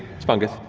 it's fungus.